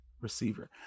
receiver